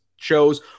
shows